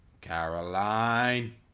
caroline